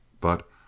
but